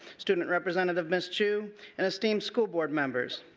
student representative ms. chu and esteemed school board members.